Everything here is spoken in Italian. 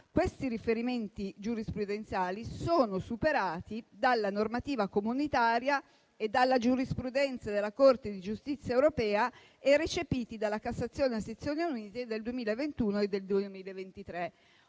Questi riferimenti giurisprudenziali sono superati però dalla normativa comunitaria e dalla giurisprudenza della Corte di giustizia europea recepite dalla Cassazione a sezioni unite del 2021 e del 2023.